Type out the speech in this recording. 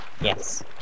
Yes